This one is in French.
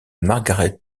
margaret